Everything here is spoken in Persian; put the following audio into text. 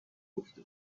گفته